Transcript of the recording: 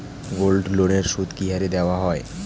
গোল্ডলোনের সুদ কি হারে দেওয়া হয়?